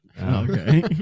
Okay